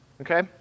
Okay